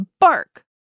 bark